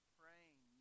praying